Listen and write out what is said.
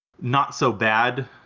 not-so-bad